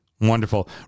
wonderful